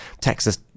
Texas